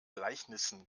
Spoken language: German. gleichnissen